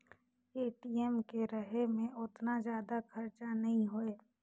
ATM के रहें मे ओतना जादा खरचा नइ होए